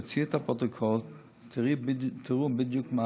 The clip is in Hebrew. תוציאו את הפרוטוקול ותראו בדיוק.